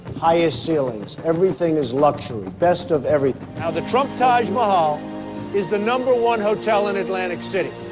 highest ceilings. everything is luxury. best of everything now, the trump taj mahal is the no. one hotel in atlantic city